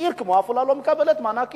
עיר כמו עפולה לא מקבלת מענק איזון.